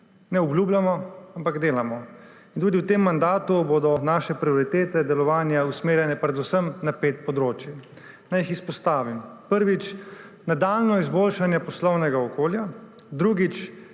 Ne obljubljamo, ampak delamo. Tudi v tem mandatu bodo naše prioritete delovanja usmerjene predvsem na pet področij. Naj jih izpostavim. Prvič: nadaljnje izboljšanje poslovnega okolja. Drugič: